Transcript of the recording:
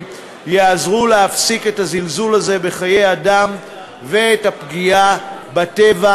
תעזור להפסיק את הזלזול הזה בחיי אדם ואת הפגיעה בטבע.